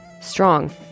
strong